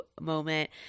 moment